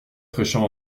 fraîcheur